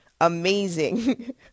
amazing